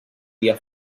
dia